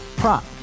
prop